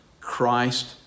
Christ